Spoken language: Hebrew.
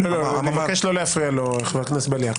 אני מבקש לא להפריע לו, חבר הכנסת בליאק.